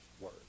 word